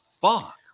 fuck